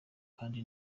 kandi